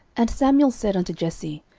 and samuel said unto jesse,